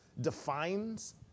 defines